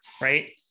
right